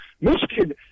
Michigan